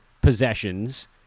possessions